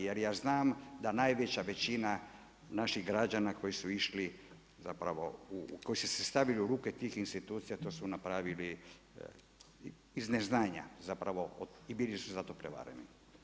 Jer ja znam da najveća većina naš8ih građana koji su išli zapravo u, koji su se stavili u ruke tih institucija to su napravili iz neznanja zapravo i bili su zato prevareni.